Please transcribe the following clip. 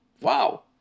Wow